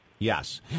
Yes